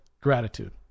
gratitude